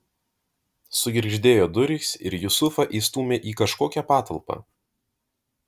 sugirgždėjo durys ir jusufą įstūmė į kažkokią patalpą